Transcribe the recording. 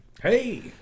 Hey